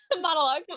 monologue